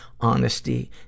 honesty